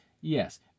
Yes